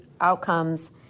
outcomes